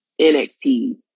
NXT